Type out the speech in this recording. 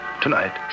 Tonight